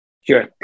Sure